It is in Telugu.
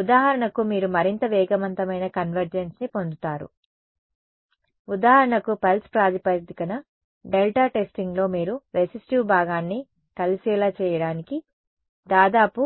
ఉదాహరణకు మీరు మరింత వేగవంతమైన కన్వర్జెన్స్ని పొందుతారు ఉదాహరణకు పల్స్ ప్రాతిపదికన డెల్టా టెస్టింగ్లో మీరు రెసిస్టివ్ భాగాన్ని కలిసేలా చేయడానికి దాదాపు